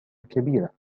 كبيرة